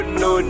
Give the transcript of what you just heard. no